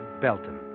Belton